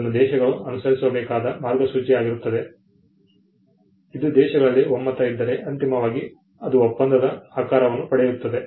ಅದನ್ನು ದೇಶಗಳು ಅನುಸರಿಸಬೇಕಾದ ಮಾರ್ಗಸೂಚಿ ಆಗಿರುತ್ತದೆ ಇದು ದೇಶಗಳಲ್ಲಿ ಒಮ್ಮತ ಇದ್ದರೆ ಅಂತಿಮವಾಗಿ ಅದು ಒಪ್ಪಂದದ ಆಕಾರವನ್ನು ಪಡೆಯುತ್ತದೆ